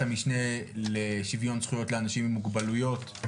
המשנה לשיוויון זכויות לאנשים עם מוגבלויות.